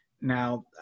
Now